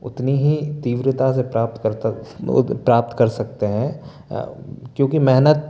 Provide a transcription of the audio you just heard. उतनी ही तीव्रता से प्राप्त करता बहुत प्राप्त कर सकते हैं क्योंकि मेहनत